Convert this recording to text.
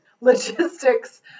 logistics